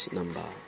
number